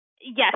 Yes